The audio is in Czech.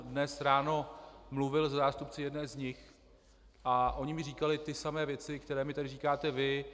Dnes ráno jsem mluvil se zástupci jedné z nich a oni mi říkali ty samé věci, které mi tady říkáte vy.